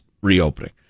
reopening